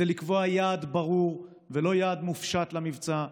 לקבוע יעד ברור ולא יעד מופשט למבצע.